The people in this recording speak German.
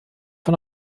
von